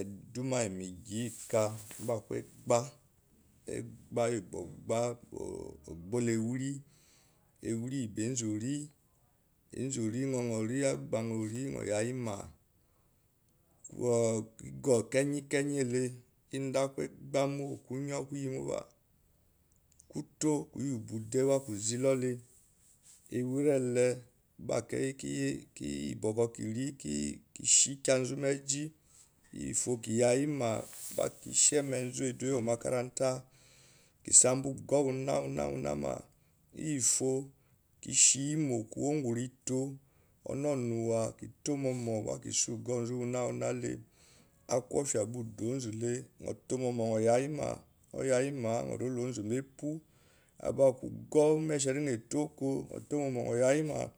Eduma iyi megi iyi ka gba aku egbale bokou obola eweri ba onzu ori nyo ori agbanya ori nyo yayima ba kigur kiyenkiyen le nda aku egbamokknyo koiyimo pya koto kuyubude gba kuze loule awerele gba kei kire kishinkyazu meji iyifo ki yayima kishin emenzu eduwo iyi makarata kisan ba ogour uwnanama iyi fo kishiyimo kowongo rito anuwa ba kitto mo mon gba kisha ogour zu lei aku afia gba uduonzu le nyo too momon nyo yayima nyo reamba epewo aba kuogour umershiri nyo etoko nyo too monon nyo yayima